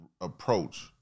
approach